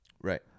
Right